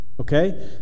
Okay